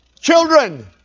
Children